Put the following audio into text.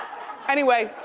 anyway,